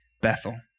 Bethel